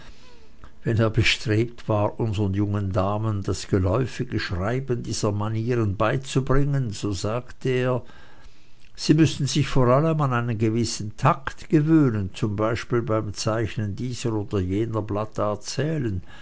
wenn er bestrebt war unseren jungen damen das geläufige schreiben dieser manieren beizubringen so sagte er sie müßten sich vor allem an einen gewissen takt gewöhnen zum beispiel beim zeichnen dieser oder jener blattart zählen